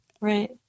Right